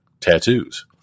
tattoos